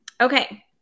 Okay